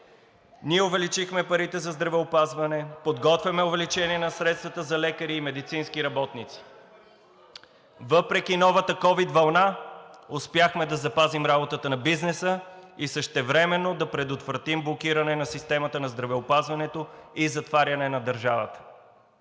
Ние увеличихме парите за здравеопазване, подготвяме увеличение на средствата за лекари и медицински работници. Въпреки новата ковид вълна успяхме да запазим работата на бизнеса и същевременно да предотвратим блокиране на системата на здравеопазването и затваряне на държавата.